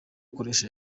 ukoresha